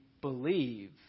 believe